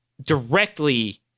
directly